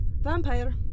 Vampire